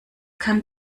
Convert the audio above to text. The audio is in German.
kann